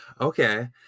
Okay